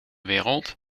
wereld